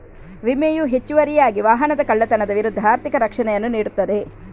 ವಿಮೆಯು ಹೆಚ್ಚುವರಿಯಾಗಿ ವಾಹನದ ಕಳ್ಳತನದ ವಿರುದ್ಧ ಆರ್ಥಿಕ ರಕ್ಷಣೆಯನ್ನು ನೀಡುತ್ತದೆ